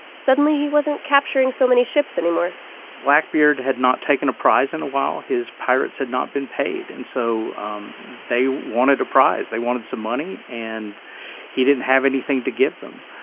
suddenly, he wasn't capturing so many ships anymore blackbeard had not taken a prize in a while. his pirates had not been paid, and so um they wanted a prize. they wanted some money, and he didn't have anything to give them.